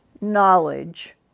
knowledge